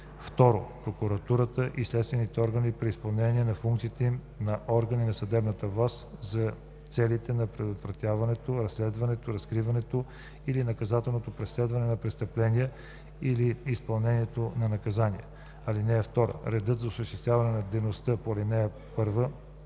и 2. прокуратурата и следствените органи при изпълнение на функциите им на органи на съдебната власт за целите на предотвратяването, разследването, разкриването или наказателното преследване на престъпления или изпълнението на наказания. (2) Редът за осъществяване на дейността по ал. 1,